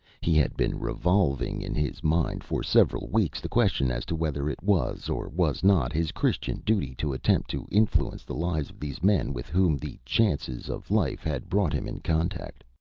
he had been revolving in his mind for several weeks the question as to whether it was or was not his christian duty to attempt to influence the lives of these men with whom the chances of life had brought him in contact.